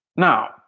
Now